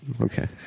Okay